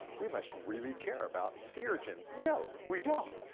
we must really care about sea urchins. no, we don't,